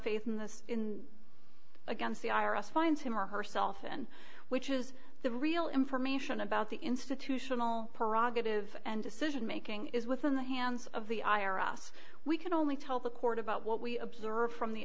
faith in this in against the i r s finds him or herself in which is the real information about the institutional prerogatives and decision making is within the hands of the i r s we can only tell the court about what we observe from the